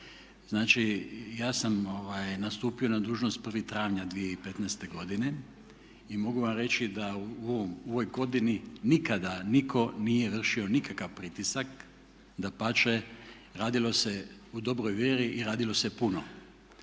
Znači, ja sam nastupio na dužnost 1. travnja 2015. godine i mogu vam reći da u ovoj godini nikada nitko nije vršio nikakav pritisak. Dapače, radilo se u dobroj vjeri i radilo se puno.